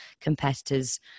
competitors